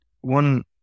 one